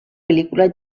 pel·lícula